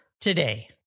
today